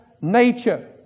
nature